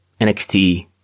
NXT